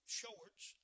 shorts